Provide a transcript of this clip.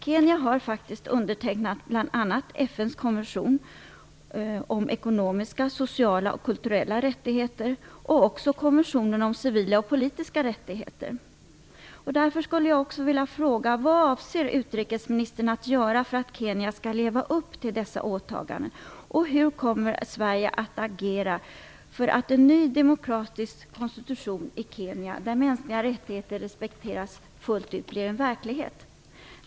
Kenya har faktiskt undertecknat bl.a. FN:s konvention om ekonomiska, sociala och kulturella rättigheter och också konventionen om civila och politiska rättigheter. Och därför skulle jag också vilja fråga vad utrikesministern avser att göra för att Kenya skall leva upp till dessa åtaganden. Hur kommer Sverige att agera för att en ny demokratisk konstitution där mänskliga rättigheter respekteras fullt ut blir en verklighet i Kenya?